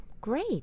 great